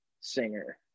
singer